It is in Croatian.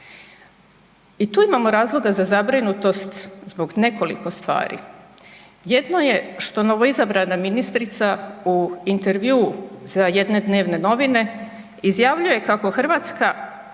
I tu imamo razloga za zabrinutost zbog nekoliko stvari. Jedno je što novoizabrana ministrica u intervjuu za jedne dnevne novine izjavljuje kako Hrvatska